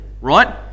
right